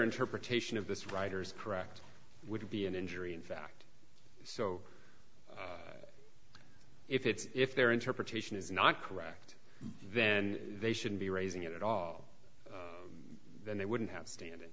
interpretation of this writer's correct would be an injury in fact so if it's if their interpretation is not correct then they shouldn't be raising it at all then they wouldn't have stand